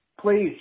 please